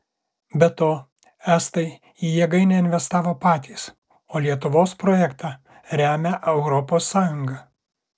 be to estai į jėgainę investavo patys o lietuvos projektą remia europos sąjunga